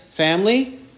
Family